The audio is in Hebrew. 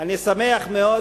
אני שמח מאוד